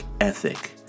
ethic